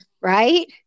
Right